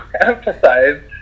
emphasize